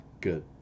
good